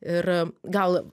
ir gal